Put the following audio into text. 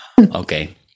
Okay